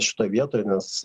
šitoj vietoj nes